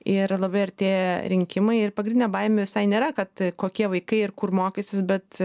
ir labai artėja rinkimai ir pagrindinė baimė visai nėra kad kokie vaikai ir kur mokysis bet